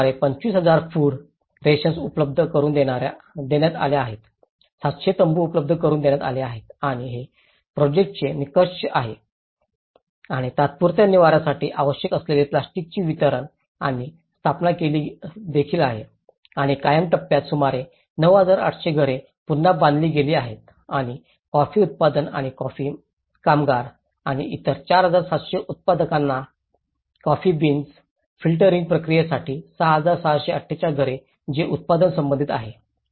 त्यांना सुमारे 25000 food rations उपलब्ध करुन देण्यात आल्या आहेत 700 तंबू उपलब्ध करुन देण्यात आले आहेत आणि हे प्रोजेक्टाचे निष्कर्ष आहेत आणि तात्पुरत्या निवारासाठी आवश्यक असलेल्या प्लास्टिकची वितरण आणि स्थापना देखील आहे आणि कायम टप्प्यात सुमारे 9800 घरे पुन्हा बांधली गेली आहेत आणि कॉफी उत्पादक किंवा कॉफी कामगार आणि इतर 4700 उत्पादनांसाठी कॉफी बीन्स फिल्टरिंग प्रक्रियेसाठी 6648 घर जे उत्पादन संबंधित आहे